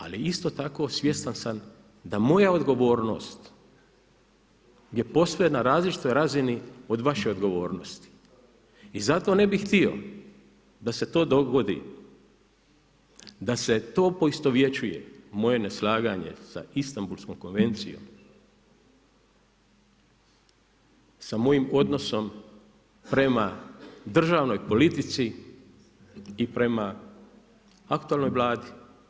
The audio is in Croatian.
Ali isto tako svjestan sam da moja odgovornost je posve na različitoj razini od vaše odgovornosti i zato ne bih htio da se to dogodi, da se to poistovjećuje, moje neslaganje sa Istanbulskom konvencijom, sa mojim odnosom prema državnoj politici i prema aktualnoj Vladi. i prema aktualnoj Vladi.